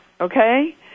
Okay